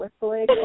whistling